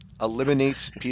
eliminates